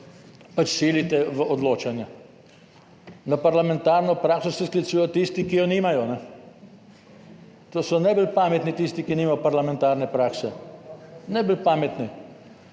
pač silite v odločanje. Na parlamentarno prakso se sklicujejo tisti, ki je nimajo. To so najbolj pametni, tisti, ki nimajo parlamentarne prakse, najbolj pametni.